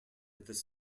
this